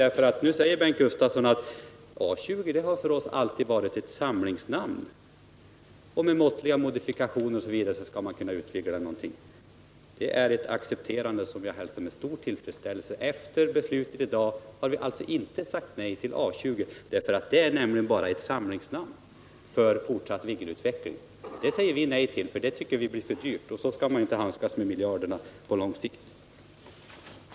Bengt Gustavsson säger nämligen nu: A 20 har för oss alltid varit ett samlingsnamn. Med måttliga modifikationer osv. skall man kunna utveckla det. Det är ett accepterande som jag hälsar med stor tillfredsställelse. Efter beslutet i dag kommer vi alltså inte att ha sagt nej till A 20, därför att det bara är ett samlingsnamn för en fortsatt utveckling av Viggen. Men det säger vi nej till, för vi anser att det blir för dyrt och att man inte skall handskas på det sättet med miljarderna på lång sikt.